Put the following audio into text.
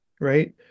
right